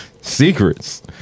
Secrets